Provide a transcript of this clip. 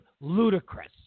ludicrous